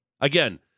Again